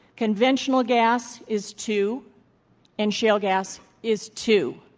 conventional gas is two and shale gas is two.